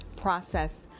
process